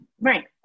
right